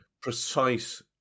precise